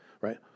Right